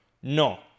No